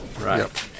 right